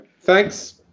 thanks